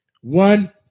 One